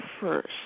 first